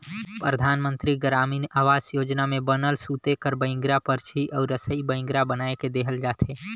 परधानमंतरी गरामीन आवास योजना में बनल सूते कर बइंगरा, परछी अउ रसई बइंगरा बनाए के देहल जाथे